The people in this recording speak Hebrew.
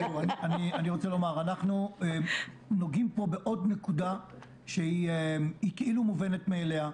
אנחנו נוגעים פה בעוד נקודה שהיא כאילו מובנת מאליה.